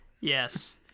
Yes